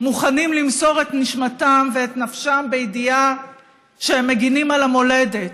מוכנים למסור את נשמתם ואת נפשם בידיעה שהם מגינים על המולדת,